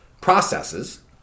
processes